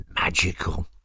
magical